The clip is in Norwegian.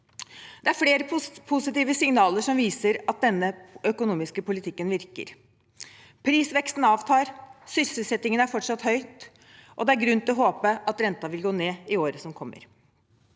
Det er flere positive signaler som viser at denne økonomiske politikken virker. Prisveksten avtar, sysselsettingen er fortsatt høy, og det er grunn til å håpe at renten vil gå ned i året som kommer.